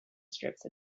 strips